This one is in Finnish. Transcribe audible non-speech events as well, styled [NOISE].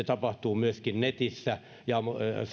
[UNINTELLIGIBLE] tapahtuu myöskin netissä ja